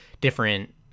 different